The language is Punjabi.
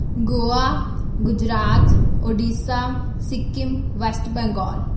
ਗੋਆ ਗੁਜਰਾਤ ਉੜੀਸਾ ਸਿੱਕਿਮ ਵੈਸਟ ਬੰਗਾਲ